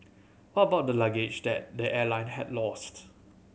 what about the luggage that the airline had lost